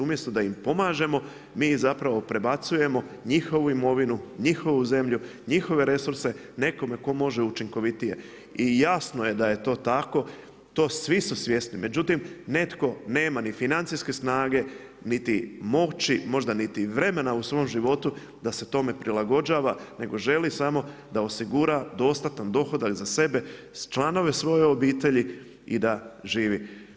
Umjesto da im pomažemo, mi zapravo prebacujemo njihovu imovinu, njihovu zemlju, njihove resurse, nekome tko može učinkovitije i jasno je da je to tako, tog svi su svjesni međutim nema ni financijske snage niti moći, možda niti vremena u svom životu sa se tome prilagođava nego želi samo da osigura dostatan dohodak za sebe, za članove svoje obitelji i da živi.